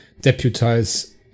deputize